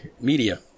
media